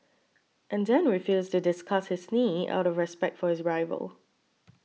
and then refused to discuss his knee out of respect for his rival